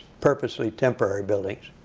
purposely temporary buildings.